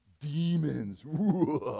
demons